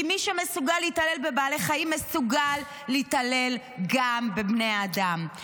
כי מי שמסוגל להתעלל בבעלי חיים מסוגל להתעלל גם בבני אדם.